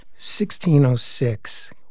1606